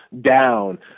down